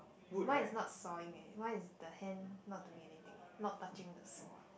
mine is not sawing eh mine is the hand not doing anything eh not touching the saw leh